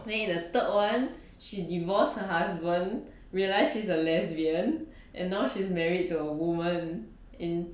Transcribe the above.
the in the third one she divorced her husband realise she's a lesbian and now she's married to a woman and